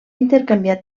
intercanviar